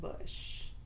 Bush